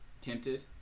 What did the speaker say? tempted